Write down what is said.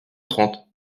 trente